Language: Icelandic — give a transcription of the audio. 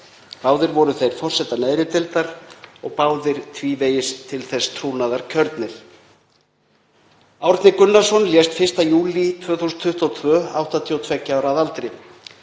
Báðir voru þeir forsetar neðri deildar og báðir tvívegis til þess trúnaðar kjörnir. Árni Gunnarsson lést 1. júlí 2022, 82 ára að aldri.